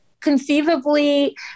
conceivably